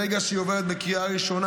ברגע שהיא עוברת בקריאה ראשונה,